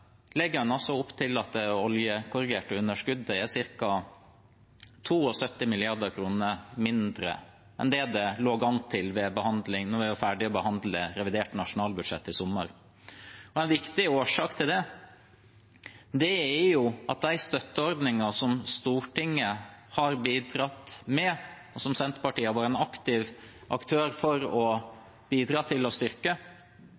legger en opp til at det oljekorrigerte underskuddet er ca. 72 mrd. kr mindre enn det det lå an til da vi var ferdig med å behandle revidert nasjonalbudsjett i sommer. En viktig årsak til det er at utbetalingene fra de støtteordningene som Stortinget har bidratt med, og som Senterpartiet har vært en aktiv aktør for